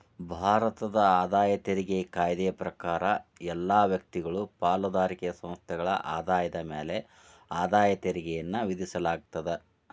ಭಾರತದ ಆದಾಯ ತೆರಿಗೆ ಕಾಯ್ದೆ ಪ್ರಕಾರ ಎಲ್ಲಾ ವ್ಯಕ್ತಿಗಳು ಪಾಲುದಾರಿಕೆ ಸಂಸ್ಥೆಗಳ ಆದಾಯದ ಮ್ಯಾಲೆ ಆದಾಯ ತೆರಿಗೆಯನ್ನ ವಿಧಿಸಲಾಗ್ತದ